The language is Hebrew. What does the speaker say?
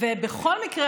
ובכל מקרה,